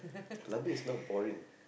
library is not boring